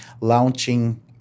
launching